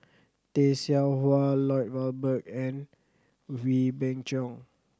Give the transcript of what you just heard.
Tay Seow Huah Lloyd Valberg and Wee Beng Chong